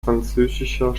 französischer